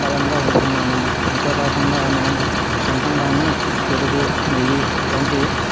బలంగా ఉంటున్నాము అంతేకాకుండా మేము సొంతంగానే పెరుగు నెయ్యి వంటి